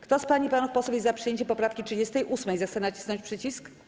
Kto z pań i panów posłów jest za przyjęciem poprawki 38., zechce nacisnąć przycisk.